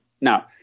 Now